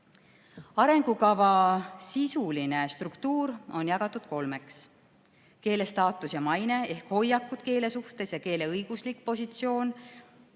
Arengukava sisuline struktuur on jagatud kolmeks. Esiteks, keele staatus ja maine ehk hoiakud keele suhtes ja keele õiguslik positsioon.